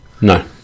No